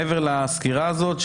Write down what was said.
מעבר לסקירה הזאת,